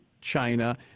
China